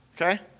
Okay